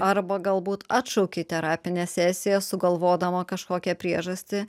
arba galbūt atšauki terapinę sesiją sugalvodama kažkokią priežastį